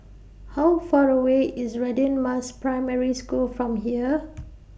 How Far away IS Radin Mas Primary School from here